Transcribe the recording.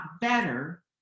better